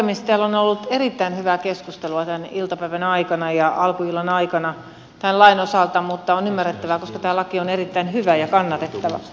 täällä on ollut erittäin hyvää keskustelua tämän iltapäivän ja alkuillan aikana tämän lain osalta mutta se on ymmärrettävää koska tämä laki on erittäin hyvä ja kannatettava